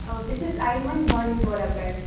بہٕ چھَس اَیمَن بانٛڈی پورہ پٮ۪ٹھ